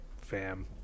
fam